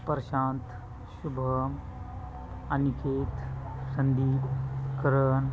Prashant Shubham Aniket Sandeep Karan